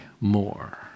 more